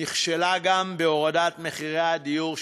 נכשלה גם בהורדת מחירי הדיור.